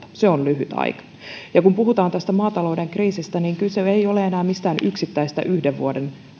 se on lyhyt aika ja kun puhutaan tästä maatalouden kriisistä niin kyse ei ole enää mistään yksittäisestä yhden vuoden